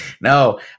No